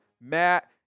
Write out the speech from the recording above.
Matt